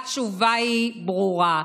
התשובה היא ברורה: